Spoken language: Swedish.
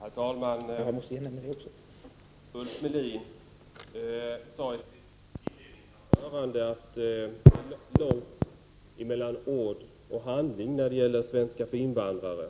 Herr talman! Ulf Melin sade i sitt inledningsanförande att det är långt mellan ord och handling när det gäller svenska för invandrare.